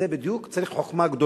לזה בדיוק צריך חוכמה גדולה,